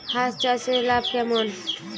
হাঁস চাষে লাভ কেমন?